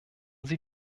sie